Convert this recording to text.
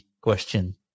question